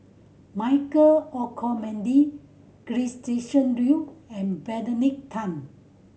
Michael Olcomendy Gretchen Liu and Benedict Tan